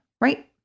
right